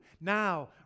Now